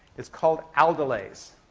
it's called aldolase.